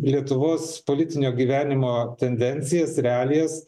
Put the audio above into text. lietuvos politinio gyvenimo tendencijas realijas